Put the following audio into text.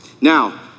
Now